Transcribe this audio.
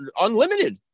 unlimited